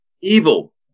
Evil